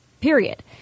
period